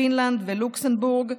פינלנד ולוקסמבורג.